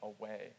away